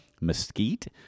mesquite